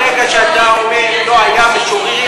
ברגע שאתה אומר "לא היה משורר",